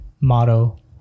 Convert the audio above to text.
motto